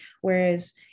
Whereas